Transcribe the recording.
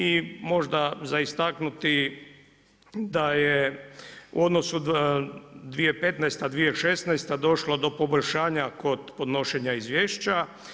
I možda za istaknuti, da je u odnosu 2015., 2016. došlo do poboljšanja kod podnošenja izvješća.